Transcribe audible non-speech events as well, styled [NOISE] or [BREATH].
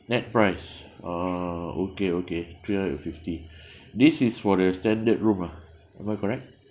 net price ah okay okay three hundred and fifty [BREATH] this is for the standard room ah am I correct